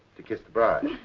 to kiss the bride.